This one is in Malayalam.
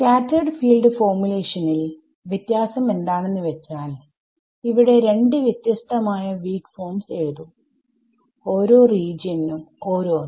സ്കാറ്റെർഡ് ഫീൽഡ് ഫോർമേഷനിൽ വ്യത്യാസം എന്താണെന്ന് വെച്ചാൽ ഇവിടെ രണ്ട് വ്യത്യസ്തമായ വീക് ഫോംസ് എഴുതും ഓരോ റീജിയൻ നും ഓരോന്ന്